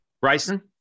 Bryson